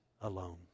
alone